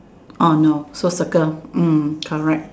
orh no so circle mm correct